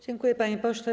Dziękuję, panie pośle.